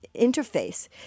interface